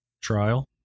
trial